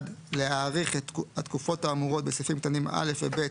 (1)להאריך את התקופות האמורות בסעיפים קטנים (א) ו-(ב)